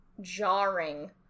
jarring